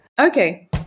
Okay